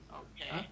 okay